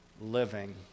living